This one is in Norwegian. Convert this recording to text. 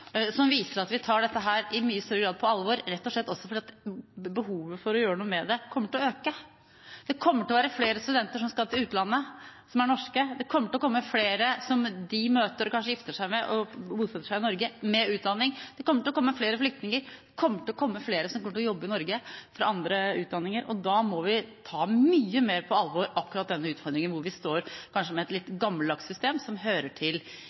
som viser at vi i mye større grad tar dette på alvor, rett og slett fordi behovet for å gjøre noe med det kommer til å øke. Det kommer til å være flere norske studenter som skal til utlandet. Det kommer til å komme flere, som de møter, kanskje gifter seg med og bosetter seg sammen med i Norge, med utdanning. Det kommer til å komme flere flyktninger. Det kommer til å komme flere til Norge for å jobbe, med andre utdanninger, og da må vi ta akkurat denne utfordringen mye mer på alvor – for vi står med et litt gammeldags system som hører til